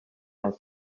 all